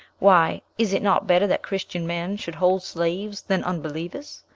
why, is it not better that christian men should hold slaves than unbelievers?